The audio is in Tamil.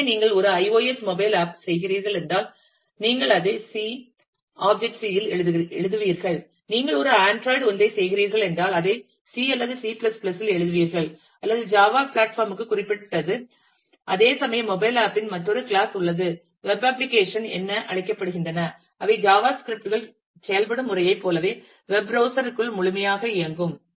எனவே நீங்கள் ஒரு iOS மொபைல் ஆப் செய்கிறீர்கள் என்றால் நீங்கள் அதை சி ஆப்ஜெக்ட் சி இல் எழுதுவீர்கள் நீங்கள் ஒரு ஆண்ட்ராய்டு ஒன்றைச் செய்கிறீர்கள் என்றால் அதை சி அல்லது சி C இல் எழுதுவீர்கள் அல்லது ஜாவா பிளாட்பார்ம் க்கு குறிப்பிட்டது அதேசமயம் மொபைல் ஆப் இன் மற்றொரு கிளாஸ் உள்ளது வெப் அப்ளிகேஷன் என அழைக்கப்படுகின்றன அவை ஜாவா ஸ்கிரிப்ட்கள் செயல்படும் முறையைப் போலவே வெப் ப்ரௌஸ்சர் க்குள் முழுமையாக இயங்கும்